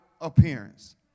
appearance